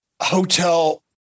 hotel